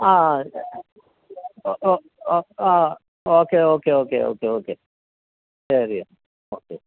ആ ആ ആ ഓ ഓക്കെ ഓക്കെ ഓക്കെ ശരി എന്നാൽ ഓക്കെ